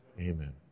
Amen